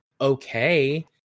okay